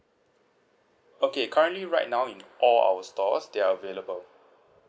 okay currently right now in all our store they are available